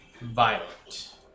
Violent